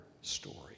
story